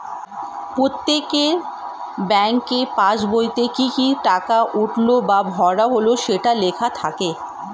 প্রত্যেকের ব্যাংকের পাসবইতে কি কি টাকা উঠলো বা ভরা হলো সেটা লেখা থাকে